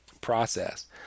process